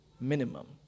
minimum